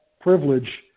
privilege